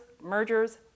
mergers